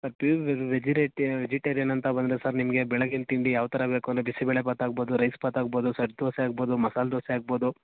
sir pure ವೆಜಿರೇಟಿ vegetarian ಅಂತ ಬಂದರೆ ಸರ್ ನಿಮಗೆ ಬೆಳಗಿನ ತಿಂಡಿ ಯಾವ ಥರ ಬೇಕು ಅಂದರೆ ಬಿಸಿ ಬೇಳೆ ಭಾತ್ ಆಗ್ಬೋದು ರೈಸ್ ಭಾತ್ ಆಗ್ಬೋದು ಸೆಟ್ ದೋಸೆ ಆಗ್ಬೋದು ಮಸಾಲೆ ದೋಸೆ ಆಗ್ಬೋದು